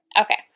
Okay